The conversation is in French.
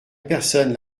personne